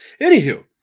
anywho